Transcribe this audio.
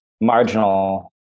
marginal